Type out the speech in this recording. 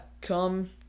come